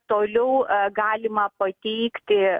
toliau galima pateikti